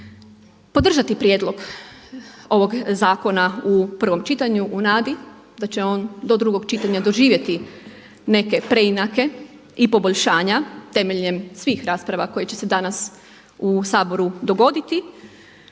podržati prijedlog ovog zakona u prvom čitanju u nadi da će on do drugog čitanja doživjeti neke preinake i poboljšanja temeljem svih rasprava koje će se danas u Saboru dogoditi.